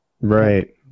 Right